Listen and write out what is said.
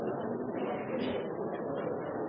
det at på